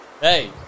hey